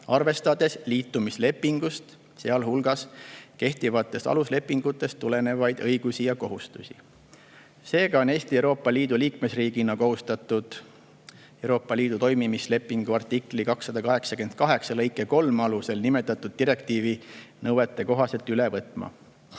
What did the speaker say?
arvestades liitumislepingust, sealhulgas kehtivatest aluslepingutest tulenevaid õigusi ja kohustusi. Seega on Eesti Euroopa Liidu liikmesriigina kohustatud Euroopa Liidu toimimislepingu artikli 288 lõike 3 alusel nimetatud direktiivi nõuetekohaselt üle võtma.